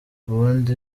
ubundi